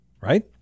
right